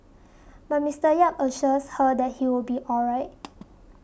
but Mister Yap assures her that he will be all right